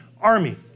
army